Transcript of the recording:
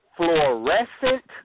fluorescent